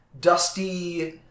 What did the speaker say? dusty